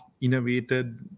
innovated